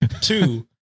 Two